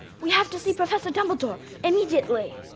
we have to see professor dumbledore immediately.